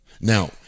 Now